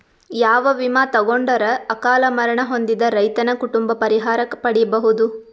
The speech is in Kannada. ಯಾವ ವಿಮಾ ತೊಗೊಂಡರ ಅಕಾಲ ಮರಣ ಹೊಂದಿದ ರೈತನ ಕುಟುಂಬ ಪರಿಹಾರ ಪಡಿಬಹುದು?